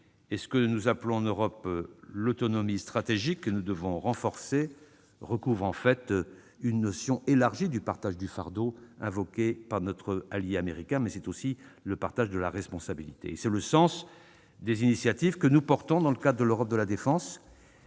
Ce que nous appelons, en Europe, l'autonomie stratégique, que nous devons renforcer, recouvre en fait une conception élargie du partage du fardeau invoqué par notre allié américain. C'est aussi un partage de la responsabilité. C'est le sens des initiatives que nous prenons dans le cadre de l'Europe de la défense.